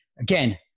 Again